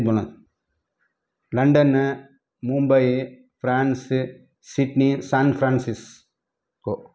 லண்டன்னு மும்பையி France Sydney San Francisco